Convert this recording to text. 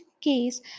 case